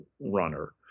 runner